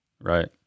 right